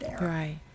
Right